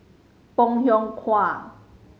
Bong Hiong Hwa